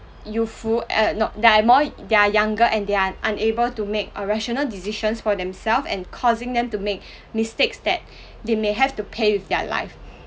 youthful err no that are more they are younger and they are unable to make a rational decisions for themself and causing them to make mistakes that they may have to pay with their life